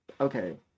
Okay